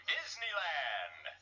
Disneyland